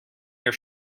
your